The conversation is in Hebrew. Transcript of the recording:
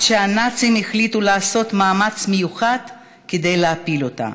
שהנאצים החליטו לעשות מאמץ מיוחד להפיל אותה.